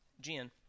Jen